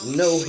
no